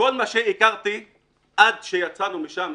כל מה שהכרתי עד שיצאנו משם,